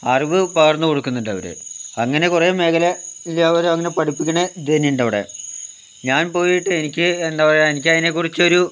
അറിവ് പകർന്ന് കൊടുക്കുന്നുണ്ടവര് അങ്ങനെ കുറേ മേഖലയിൽ അവരങ്ങനെ പഠിപ്പിക്കണ ഇത് തന്നെയിണ്ടവിടെ ഞാൻ പോയിട്ട് എനിക്ക് എന്താ പറയുക എനിക്കതിനെക്കുറിച്ചൊരു